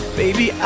baby